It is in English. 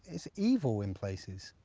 it's evil in places.